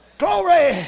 glory